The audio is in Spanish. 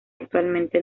actualmente